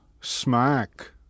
Smack